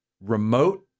remote